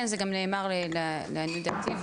כן, זה גם נאמר לעניות דעתי.